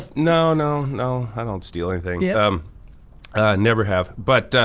no, no, no, i don't steal anything. yeah never have. but